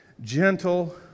gentle